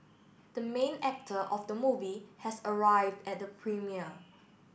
the main actor of the movie has arrived at the premiere